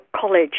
College